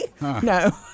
No